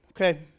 Okay